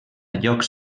llocs